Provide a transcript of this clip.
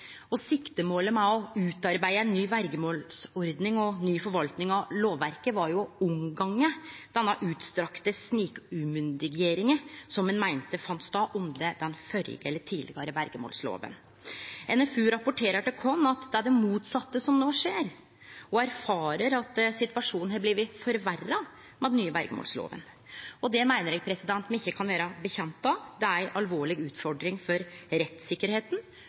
rettssikkerheit. Siktemålet med å utarbeide ei ny verjemålsordning og ny forvaltning av lovverket var jo å omgå den utstrekte snikumyndiggjeringa som ein meinte fann stad under den tidlegare verjemålsloven. NFU rapporterer til oss at det er det motsette som no skjer, og erfarer at situasjonen har blitt forverra med den nye verjemålsloven. Det meiner eg me ikkje kan vedkjenne oss. Det er ei alvorleg utfordring for